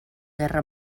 guerra